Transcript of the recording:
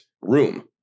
room